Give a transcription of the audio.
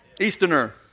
Easterner